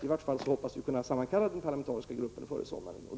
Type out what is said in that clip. I vart fall hoppas vi kunna sammankalla den parlamentariska gruppen före sommaren.